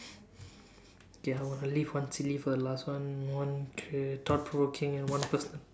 okay I want to leave one silly for the last one one is thought provoking and one personal